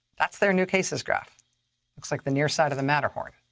that's their new cases graph looks like the near side of the matterhorn.